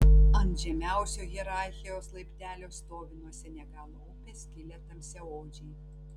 ant žemiausio hierarchijos laiptelio stovi nuo senegalo upės kilę tamsiaodžiai